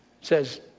says